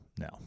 No